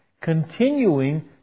continuing